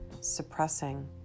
suppressing